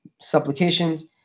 supplications